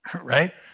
right